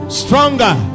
stronger